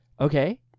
Okay